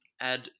add